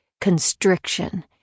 constriction